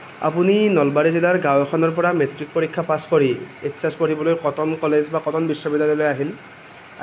আপুনি নলবাৰী জিলাৰ গাঁও এখনৰ পৰা মেট্ৰিক পৰীক্ষা পাছ কৰি এইচ এছ পঢ়িবলৈ কটন কলেজ বা কটন বিশ্ববিদ্যালয়লৈ আহিল